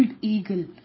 eagle